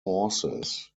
horses